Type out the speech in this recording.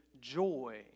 joy